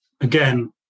again